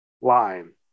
line